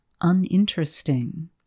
uninteresting